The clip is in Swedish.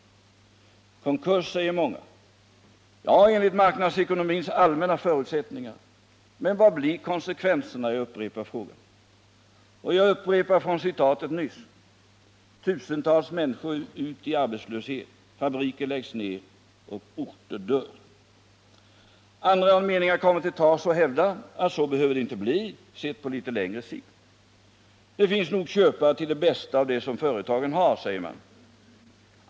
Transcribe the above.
Konkurs, säger många. Ja, enligt marknadsekonomins allmänna förutsättningar. Men vilka blir konsekvenserna? Jag upprepar frågan, och jag upprepar från citatet nyss: Tusentals människor ut i arbetslöshet, fabriker läggs ner och orter dör. Andra meningar kommer till tals och hävdar att så behöver det inte bli, sett på litet längre sikt. Det finns nog köpare till det bästa av det företagen har, säger man.